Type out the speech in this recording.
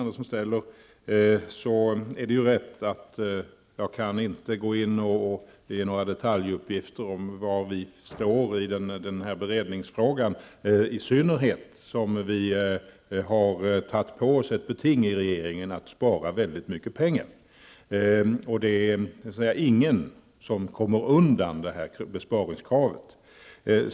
Det är rätt att jag inte kan gå in och ge några detaljuppgifter om var vi står i beredningsfrågan, i synnerhet som vi i regeringen har tagit på oss att göra stora besparingar. Det är ingen som kommer undan detta besparingskrav.